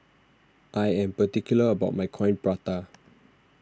I am particular about my Coin Prata